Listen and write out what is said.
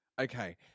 Okay